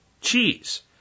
cheese